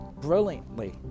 brilliantly